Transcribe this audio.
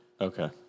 Okay